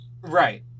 Right